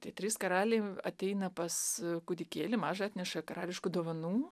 tie trys karaliai ateina pas kūdikėlį mažą atneša karališkų dovanų